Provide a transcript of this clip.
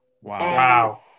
Wow